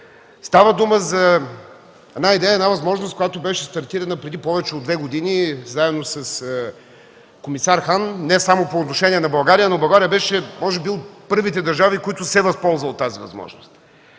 Става дума за идея, възможност, стартирана преди повече от две години заедно с комисар Хан не само по отношение на България, но може би България беше една от първите държави, която се възползва от тази възможност.